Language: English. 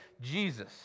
Jesus